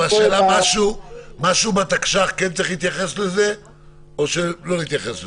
אבל השאלה אם משהו בתקש"ח כן צריך להתייחס לזה או שלא להתייחס לזה?